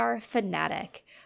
fanatic